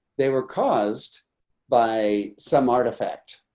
they were caused by some artifact